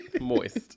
Moist